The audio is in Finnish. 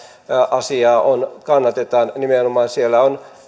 asiaa kannatetaan nimenomaan siellä on